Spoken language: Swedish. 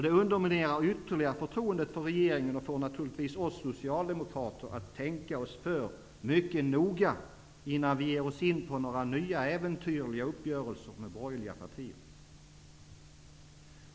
Det underminerar ytterligare förtroendet för regeringen och får naturligtvis oss socialdemokater att tänka oss för mycket noga innan vi ger oss in på några nya äventyrliga uppgörelser med borgerliga partier.